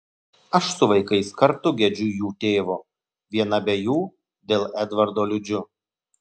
aš su vaikais kartu gedžiu jų tėvo viena be jų dėl edvardo liūdžiu